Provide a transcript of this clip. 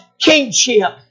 kingship